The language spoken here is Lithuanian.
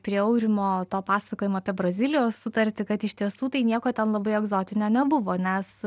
prie aurimo to pasakojimo apie brazilijos sutartį kad iš tiesų tai nieko ten labai egzotinio nebuvo nes